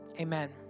amen